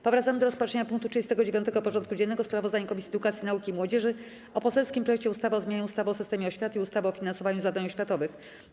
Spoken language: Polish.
Powracamy do rozpatrzenia punktu 39. porządku dziennego: Sprawozdanie Komisji Edukacji, Nauki i Młodzieży o poselskim projekcie ustawy o zmianie ustawy o systemie oświaty i ustawy o finansowaniu zadań oświatowych.